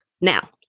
Now